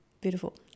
beautiful